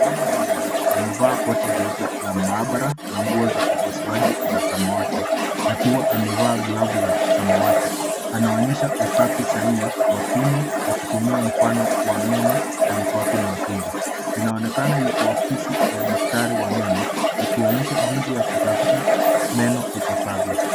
Mtaalamu wa meno amevaa koti jeupe la maabara na nguo za upasuaji za samawati akiwa amevaa glavu za samawati .Anaonyesha usafi sahihi wa kinywa akitumia mfano wa meno na mswaki mwekundu. Inaonekana yuko ofisi ya daktari wa meno akionyesha jinsi ya kusafisha meno ipasavyo.